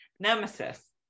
Nemesis